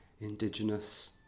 indigenous